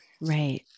Right